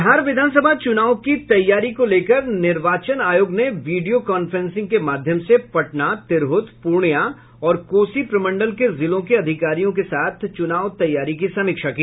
बिहार विधान सभा चुनाव की तैयारी को लेकर निर्वाचन आयोग ने विडियोकांफ्रेंसिंग के माध्यम से पटना तिरहुत पूर्णिया और कोसी प्रमंड के जिलों के अधिकारियों के साथ चुनाव तैयारी की समीक्षा की